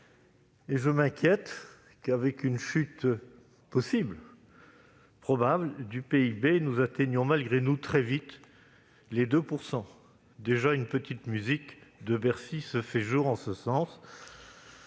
Je m'inquiète que, avec une chute probable du PIB, nous n'atteignions malgré nous très vite les 2 %. Déjà, une petite musique se fait jour en ce sens